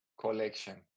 collection